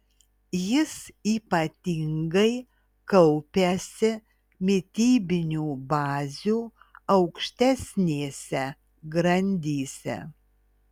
jis ypatingai kaupiasi mitybinių bazių aukštesnėse grandyse